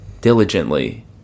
diligently